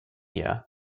year